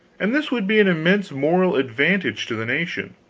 and this would be an immense moral advantage to the nation,